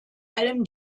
allem